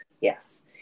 yes